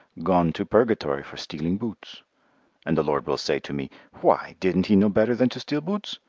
gone to purgatory for stealing boots and the lord will say to me, why, didn't he know better than to steal boots?